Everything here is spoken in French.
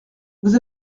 vous